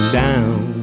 down